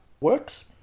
works